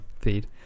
feed